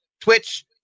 Twitch